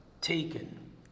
Taken